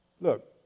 look